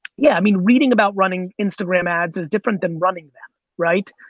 yeah, i mean, reading about running instagram ads is different than running them, right.